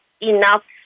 enough